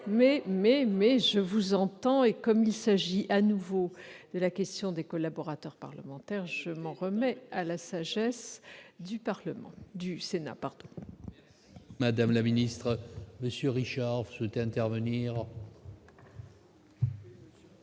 mais je vous entends. Comme il s'agit de nouveau de la question des collaborateurs parlementaires, je m'en remets à la sagesse de la